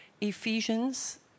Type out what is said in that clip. Ephesians